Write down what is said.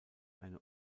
eine